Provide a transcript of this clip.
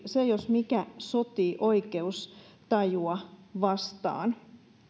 se jos mikä sotii oikeustajua vastaan